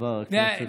חבר הכנסת גפני.